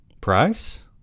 Price